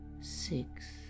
six